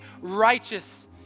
righteous